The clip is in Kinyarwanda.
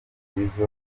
jizzo